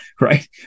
right